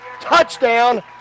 touchdown